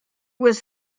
was